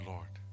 Lord